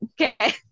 Okay